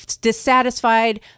dissatisfied